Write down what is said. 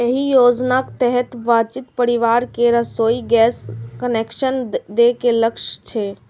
एहि योजनाक तहत वंचित परिवार कें रसोइ गैस कनेक्शन दए के लक्ष्य छै